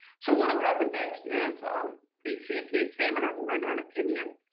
so what'll happen next is the c and p examiner will render an opinion.